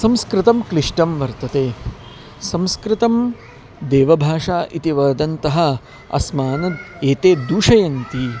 संस्कृतं क्लिष्टं वर्तते संस्कृतं देवभाषा इति वदन्तः अस्मान् एते दूषयन्ति